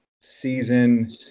season